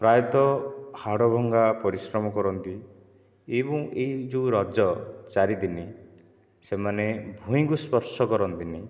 ପ୍ରାୟତଃ ହାଡ଼ ଭଙ୍ଗା ପରିଶ୍ରମ କରନ୍ତି ଏବଂ ଏହି ଯେଉଁ ରଜ ଚାରି ଦିନ ସେମାନେ ଭୂଇଁକୁ ସ୍ପର୍ଶ କରନ୍ତିନି